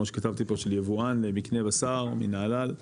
שכתבתי פה של יבואן למקנה בשר מנהלל,